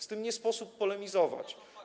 Z tym nie sposób polemizować.